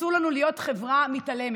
אסור לנו להיות חברה מתעלמת.